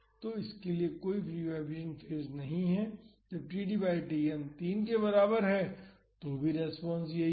तो इसके लिए कोई फ्री वाईब्रेशन फेज नहीं है जब td बाई Tn 3 के बराबर है तो भी रेस्पॉन्स यही है